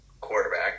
quarterback